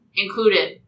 included